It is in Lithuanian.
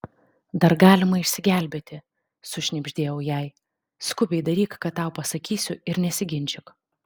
dar galima išsigelbėti sušnibždėjau jai skubiai daryk ką tau pasakysiu ir nesiginčyk